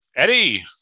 Eddie